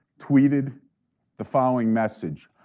tweeted the following message,